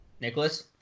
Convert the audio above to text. Nicholas